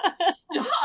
Stop